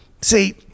See